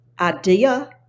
idea